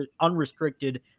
unrestricted